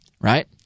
right